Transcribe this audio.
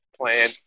plan